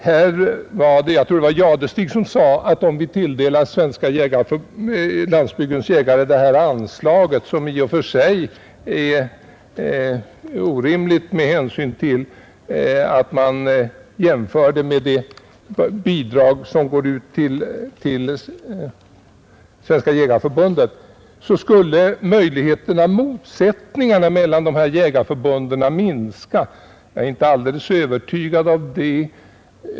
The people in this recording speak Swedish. Jag tror att det var herr Jadestig som sade att om vi tilldelar Jägarnas riksförbund—Landsbygdens jägare det här anslaget — vilket i och för sig är orimligt med hänsyn till att man jämför det med det bidrag som går ut till Svenska jägareförbundet — skulle motsättningarna mellan de båda jägarförbunden minska. Jag är inte helt övertygad om det.